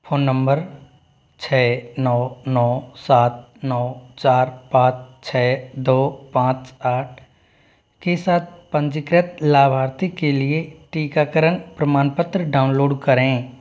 phone number छह नौ नौ सात नौ चार पाँच छः दो पाँच आठ के साथ पंजीकृत लाभार्थी के लिए टीकाकरण प्रमाणपत्र डाउनलोड करें